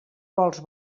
vols